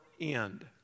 end